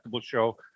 Show